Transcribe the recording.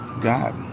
God